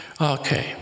Okay